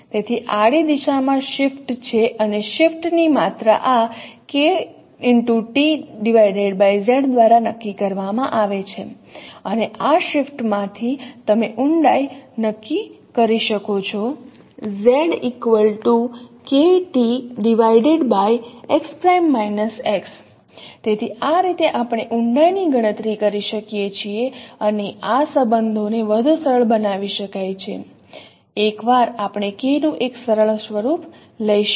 તેથી આડી દિશા માં શિફ્ટ છે અને શિફ્ટ ની માત્રા આ KtZ દ્વારા નક્કી કરવામાં આવે છે અને આ શિફ્ટમાંથી તમે ઊંડાઈ નક્કી કરી શકો છો તેથી આ રીતે આપણે ઊંડાઈ ની ગણતરી કરી શકીએ છીએ અને આ સંબંધોને વધુ સરળ બનાવી શકાય છે એકવાર આપણે K નું એક સરળ સ્વરૂપ લઈશું